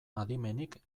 adimenik